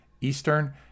Eastern